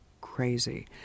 crazy